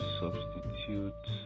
substitute